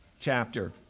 chapter